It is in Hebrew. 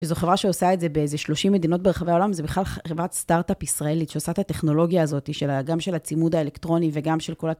שזו חברה שעושה את זה באיזה 30 מדינות ברחבי העולם, זו בכלל חברת סטארט-אפ ישראלית שעושה את הטכנולוגיה הזאת, גם של הצימוד האלקטרוני וגם של כל הטכנולוגיה.